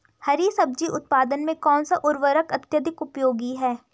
हरी सब्जी उत्पादन में कौन सा उर्वरक अत्यधिक उपयोगी है?